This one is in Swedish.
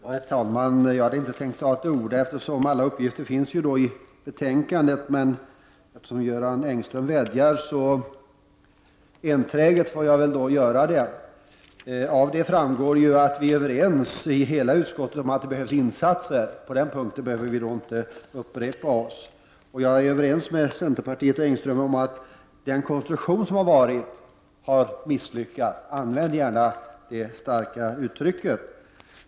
Herr talman! Jag hade inte tänkt begära ordet, eftersom alla uppgifter finns i betänkandet, men då Göran Engström vädjat så enträget har jag ändå gjort det. Hela utskottet är överens om att det behövs insatser. Jag är också överens med Göran Engström och centerpartiet om att den konstruktion som använts var misslyckad — låt mig använda det starka uttrycket.